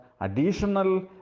additional